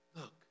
Look